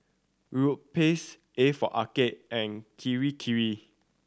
Europace A for Arcade and Kirei Kirei